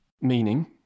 Meaning